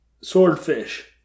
Swordfish